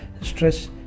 stress